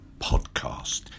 podcast